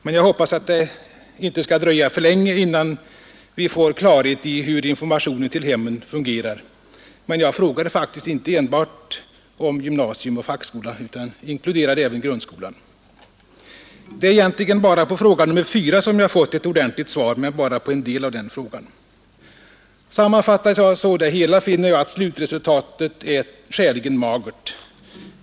Men jag hoppas att det inte skall dröja länge förrän vi får klarhet i hur informationen till hemmen fungerar. Och jag frågade faktiskt inte enbart om gymnasium och fackskola, utan min fråga inkluderade även grundskolan. Det är egentligen bara på fjärde frågan som jag har fått ett ordentligt svar, men bara på en del av den. Om jag sammanfattar det hela finner jag att slutresultatet är skäligen magert.